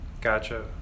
Gotcha